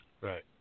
Right